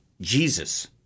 Jesus